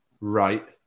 right